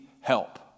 help